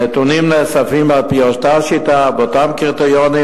הנתונים נאספים על-פי אותה שיטה ואותם קריטריונים,